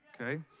okay